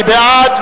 מי בעד?